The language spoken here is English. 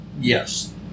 yes